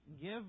give